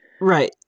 right